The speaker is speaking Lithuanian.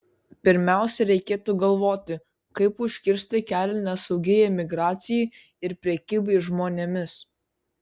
pirmiausia reikėtų galvoti kaip užkirsti kelią nesaugiai emigracijai ir prekybai žmonėmis